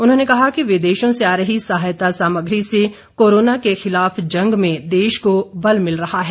उन्होंने कहा कि विदेशों से आ रही सहायता सामग्री से कोरोना के खिलाफ जंग में देश को बल मिल रहा है